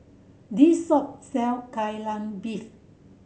this shop sell Kai Lan Beef